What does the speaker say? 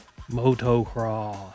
Motocross